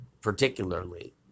particularly